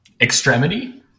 extremity